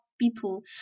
people